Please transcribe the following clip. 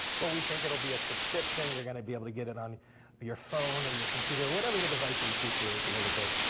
well, we think it'll be a subscription, you're going to be able to get it on but your phone or your computer or whatever the device of the future is. he has a quote.